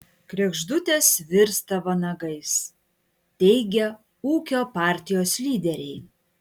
kregždutės virsta vanagais teigia ūkio partijos lyderiai